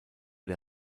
der